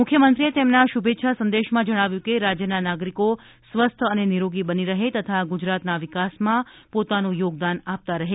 મુખ્યમંત્રીએ તેમના શુભેચ્છા સંદેશામાં જણાવ્યું કે રાજ્યના નાગરિકો સ્વસ્થ અને નિરોગી બની રહે તથા ગુજરાતના વિકાસમાં પોતાનું યોગદાન આપતા રહે